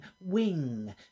wing